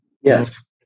Yes